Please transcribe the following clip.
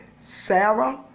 Sarah